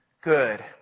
good